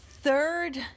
third